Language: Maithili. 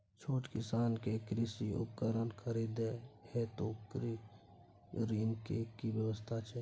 छोट किसान के कृषि उपकरण खरीदय हेतु ऋण के की व्यवस्था छै?